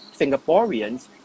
singaporeans